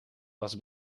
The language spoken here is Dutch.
was